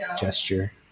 gesture